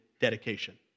dedication